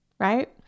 right